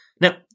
now